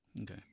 Okay